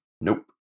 Nope